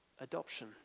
adoption